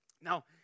Now